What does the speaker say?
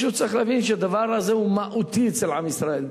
צריך להבין שהדבר הזה הוא מהותי אצל עם ישראל,